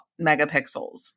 megapixels